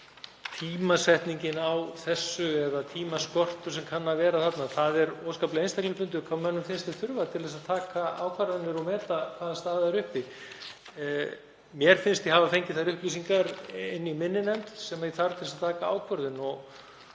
tímasetninguna eða tímaskort sem kann að vera þarna þá er óskaplega einstaklingsbundið hvað mönnum finnst þeir þurfa til að taka ákvarðanir og velta fyrir sér hvaða staða er uppi. Mér finnst ég hafa fengið þær upplýsingar í minni nefnd sem ég þarf til þess að taka ákvörðun